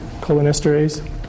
cholinesterase